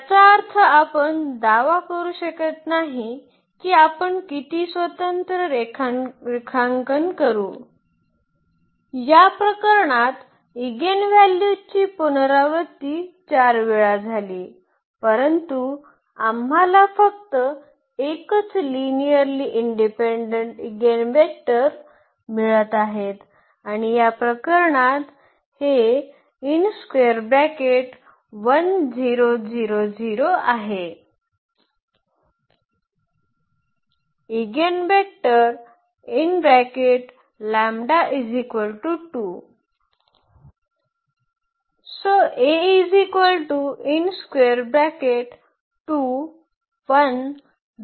याचा अर्थ आपण दावा करू शकत नाही की आपण किती स्वतंत्र रेखांकन करू या प्रकरणातच ईगेनव्हल्यूची पुनरावृत्ती 4 वेळा झाली परंतु आम्हाला फक्त एकच लिनिअर्ली इंडिपेंडंट ईगेनवेक्टर मिळत आहे आणि या प्रकरणात हे आहे